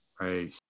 Right